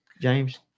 James